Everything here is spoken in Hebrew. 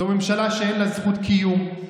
זאת ממשלה שאין לה זכות קיום,